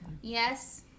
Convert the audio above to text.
Yes